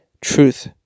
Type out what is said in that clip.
truth